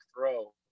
throw